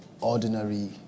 ordinary